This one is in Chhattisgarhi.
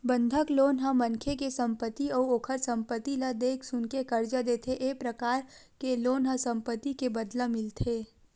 बंधक लोन ह मनखे के संपत्ति अउ ओखर संपत्ति ल देख सुनके करजा देथे ए परकार के लोन ह संपत्ति के बदला मिलथे